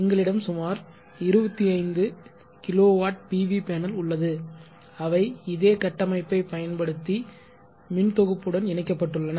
எங்களிடம் சுமார் 25 kW PV panel உள்ளது அவை இதே கட்டமைப்பை பயன்படுத்தி மின் தொகுப்பு உடன் இணைக்கப்பட்டுள்ளன